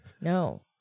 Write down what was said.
No